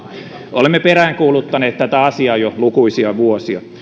olemme peräänkuuluttaneet tätä asiaa jo lukuisia vuosia